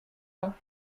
ans